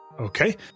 Okay